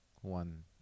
one